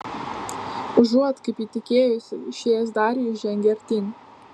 užuot kaip ji tikėjosi išėjęs darijus žengė artyn